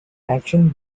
action